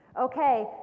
Okay